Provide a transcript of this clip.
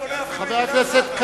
כץ.